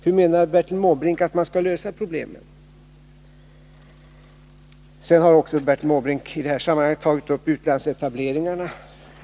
Sedan har Bertil Måbrink också tagit upp frågan om utlandsetableringarna.